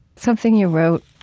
something you wrote